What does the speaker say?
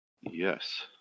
Yes